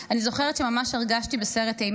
אני זוכרת שממש הרגשתי בסרט אימה,